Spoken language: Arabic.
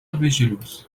بالجلوس